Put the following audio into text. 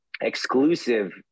exclusive